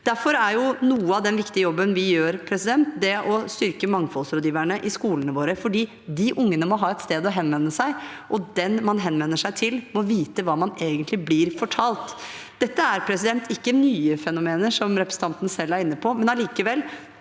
Derfor er noe av den viktige jobben vi gjør, å styrke mangfoldsrådgiverne i skolene våre, for de ungene må ha et sted å henvende seg, og den man henvender seg til, må vite hva man egentlig blir fortalt. Dette er ikke nye fenomener, som representanten selv er inne på, men allikevel